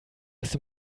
ist